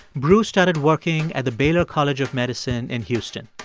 bruce started working at the baylor college of medicine in houston.